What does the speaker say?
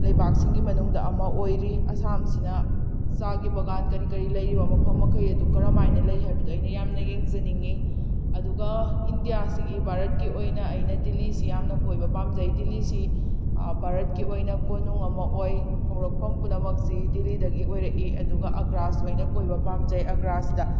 ꯂꯩꯕꯥꯛꯁꯤꯡꯒꯤ ꯃꯅꯨꯡꯗ ꯑꯃ ꯑꯣꯏꯔꯤ ꯑꯁꯥꯝ ꯁꯤꯅ ꯆꯥꯒꯤ ꯕꯒꯥꯟ ꯀꯔꯤ ꯀꯔꯤ ꯂꯩꯔꯤꯕ ꯃꯐꯝ ꯃꯈꯩ ꯑꯗꯨ ꯀꯔꯝ ꯍꯥꯏꯅ ꯂꯩ ꯍꯥꯏꯕꯗꯨ ꯑꯩꯅ ꯌꯥꯝꯅ ꯌꯦꯡꯖꯅꯤꯡꯉꯤ ꯑꯗꯨꯒ ꯏꯟꯗꯤꯌꯥꯁꯤꯒꯤ ꯚꯥꯔꯠꯀꯤ ꯑꯣꯏꯅ ꯑꯩꯅ ꯗꯤꯜꯂꯤꯁꯤ ꯌꯥꯝꯅ ꯀꯣꯏꯕ ꯄꯥꯝꯖꯩ ꯗꯤꯜꯂꯤꯁꯤ ꯚꯥꯔꯠꯀꯤ ꯑꯣꯏꯅ ꯀꯣꯅꯨꯡ ꯑꯃ ꯑꯣꯏ ꯍꯧꯔꯛꯐꯝ ꯄꯨꯝꯅꯃꯛꯁꯤ ꯗꯤꯜꯂꯤꯗꯒꯤ ꯑꯣꯏꯔꯛꯏ ꯑꯗꯨꯒ ꯑꯒ꯭ꯔꯥꯁꯨ ꯑꯩꯅ ꯀꯣꯏꯕ ꯄꯥꯝꯖꯩ ꯑꯒ꯭ꯔꯥꯁꯤꯗ